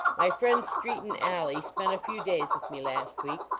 my friend streaton alleigh spent a few days with me last week,